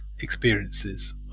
experiences